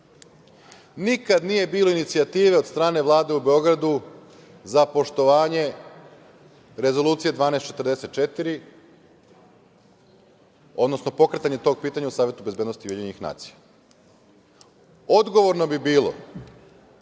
nije bilo inicijative od strane Vlade u Beogradu za poštovanje Rezolucije 1244, odnosno pokretanja tog pitanja u Savetu bezbednosti UN. Odgovorno bi bilo